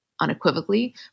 unequivocally